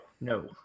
no